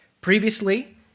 Previously